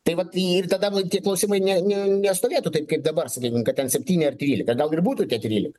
tai vat ir tada tie klausimai ne ne nestovėtų taip kaip dabar sakykim kad ten septyni ar trylika gal ir būtų tie trylika